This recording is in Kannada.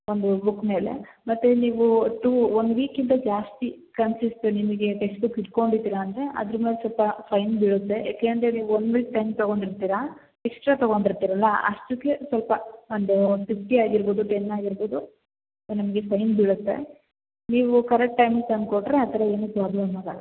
ಒಂದು ಬುಕ್ ಮೇಲೆ ಮತ್ತು ನೀವೂ ಟು ಒನ್ ವೀಕ್ ಇಂದ ಜಾಸ್ತಿ ಕನ್ಸಿಸ್ಟು ನಿಮಗೆ ಟೆಕ್ಸ್ಟ್ ಬುಕ್ ಇಟ್ಕೊಂಡಿದ್ದೀರ ಅಂದರೆ ಅದ್ರ ಮೇಲೆ ಸ್ವಲ್ಪ ಫೈನ್ ಬೀಳುತ್ತೆ ಯಾಕೆ ಅಂದರೆ ನೀವು ಒನ್ ವೀಕ್ ಟೈಮ್ ತಗೋಂಡಿರ್ತೀರಾ ಎಕ್ಸ್ಟ್ರಾ ತಗೋಂಡಿರ್ತೀರಲ್ಲ ಅಷ್ಟಕ್ಕೆ ಸ್ವಲ್ಪ ಒಂದು ಫಿಫ್ಟಿ ಆಗಿರ್ಬೋದು ಟೆನ್ ಆಗಿರ್ಬೋದು ನಿಮಗೆ ಫೈನ್ ಬೀಳುತ್ತೆ ನೀವು ಕರೆಟ್ ಟೈಮ್ಗೆ ತಂದ್ಕೊಟ್ಟರೆ ಆ ಥರ ಏನು ಪ್ರಾಬ್ಲಮ್ ಆಗೋಲ್ಲ